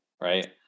right